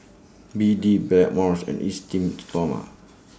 B D Blackmores and Esteem Stoma